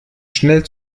schnell